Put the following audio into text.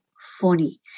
funny